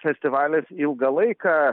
festivalis ilgą laiką